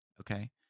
Okay